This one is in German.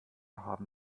haben